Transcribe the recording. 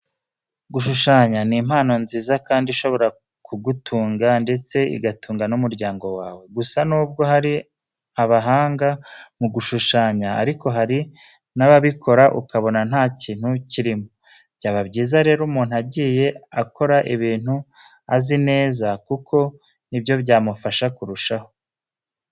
Gushushanya ni impano nziza kandi ishobora kugutunga ndetse igatunga n'umuryango wawe. Gusa nubwo hari abahanga mu gushushanya ariko hari n'ababikora ukabona nta kintu kirimo. Byaba byiza rero umuntu agiye akora ibintu azi neza kuko ni byo byamufasha kurushaho.